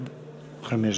אדוני,